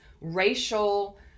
racial